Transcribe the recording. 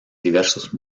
diversos